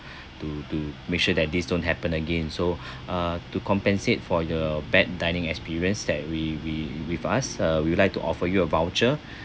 to to make sure that this don't happen again so uh to compensate for your bad dining experience that we we with us uh we would like to offer you a voucher